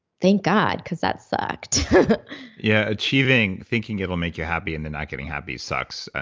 thank god, because that sucked yeah, achieving thinking it'll make you happy and then not getting happy sucks.